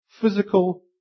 physical